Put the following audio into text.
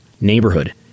neighborhood